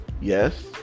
yes